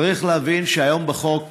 צריך להבין שהיום בחוק